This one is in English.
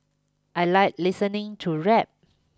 I like listening to rap